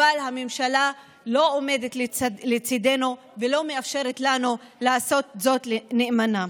אבל הממשלה לא עומדת לצידנו ולא מאפשרת לנו לעשות זאת נאמנה.